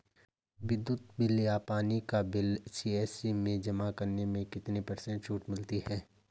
विद्युत बिल या पानी का बिल सी.एस.सी में जमा करने से कितने पर्सेंट छूट मिलती है?